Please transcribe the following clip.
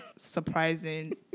surprising